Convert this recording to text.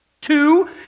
Two